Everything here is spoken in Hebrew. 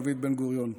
דוד בן-גוריון.